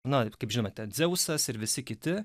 na kaip žinote dzeusas ir visi kiti